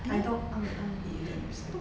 I don't um um eat the lipstick